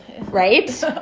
Right